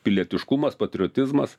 pilietiškumas patriotizmas